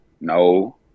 No